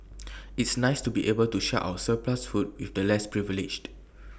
it's nice to be able to share our surplus food with the less privileged